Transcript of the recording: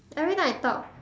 every time I talk